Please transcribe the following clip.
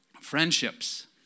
friendships